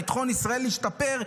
ביטחון ישראל ישתפר,